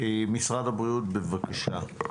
משרד הבריאות, בבקשה.